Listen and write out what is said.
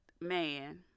man